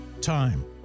Time